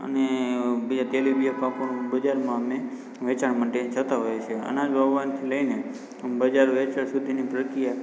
અને બીજા તેલીબિયાં પાકોનું બજારમાં અમે વેચાણ માટે જતા હોઈએ છીએ અનાજ વાવવાથી લઈને બજારમાં વેચવા સુધીની પ્રક્રિયા